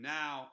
now